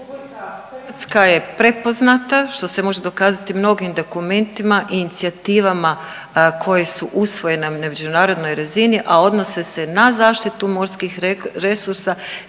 Marija (HDZ)** RH je prepoznata što se može dokazati mnogim dokumentima i inicijativama koje su usvojene na međunarodnoj razini, a odnose se na zaštitu morskih resursa